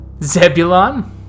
Zebulon